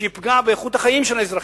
שיפגע באיכות החיים של האזרחים?